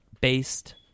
based